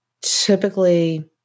typically